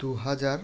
দু হাজার